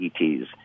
ETs